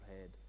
head